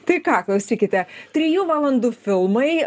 tai ką klausykite trijų valandų filmai